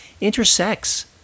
intersects